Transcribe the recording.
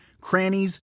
crannies